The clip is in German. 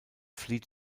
flieht